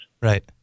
Right